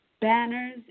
Banners